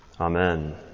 Amen